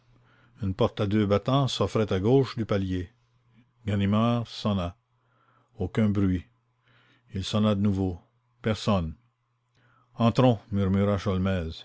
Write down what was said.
une porte à deux battants s'offrait à gauche du palier ganimard sonna aucun bruit il sonna de nouveau personne ne bougea entrons